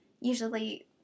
usually